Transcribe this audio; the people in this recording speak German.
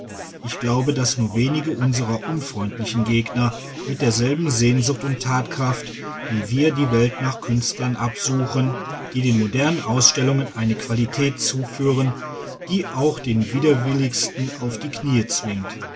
ich glaube daß nur wenige unsrer unfreundlichen gegner mit derselben sehnsucht und tatkraft wie wir die welt nach künstlern absuchen die den modernen ausstellungen eine qualität zuführen die auch den widerwilligsten auf die knie zwingt